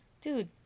dude